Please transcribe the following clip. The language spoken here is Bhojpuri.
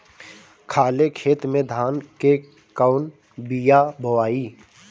खाले खेत में धान के कौन बीया बोआई?